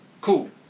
cool